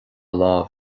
lámh